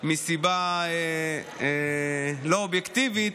מסיבה לא אובייקטיבית,